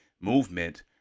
movement